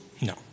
No